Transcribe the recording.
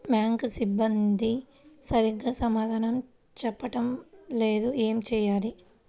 Bank సిబ్బంది సరిగ్గా సమాధానం చెప్పటం లేదు ఏం చెయ్యాలి?